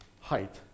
height